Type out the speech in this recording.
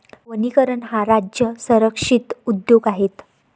वनीकरण हा राज्य संरक्षित उद्योग आहे